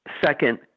second